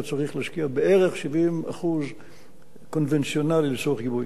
אתה צריך להשקיע בערך 70% קונבנציונלי לצורך גיבוי.